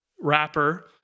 wrapper